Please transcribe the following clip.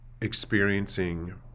experiencing